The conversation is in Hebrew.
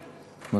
עליה.